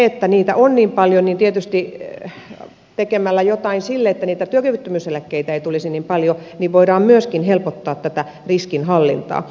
elikkä niitä on niin paljon ja tietysti tekemällä jotain sille että työkyvyttömyyseläkkeitä ei tulisi niin paljon voidaan myöskin helpottaa tätä riskinhallintaa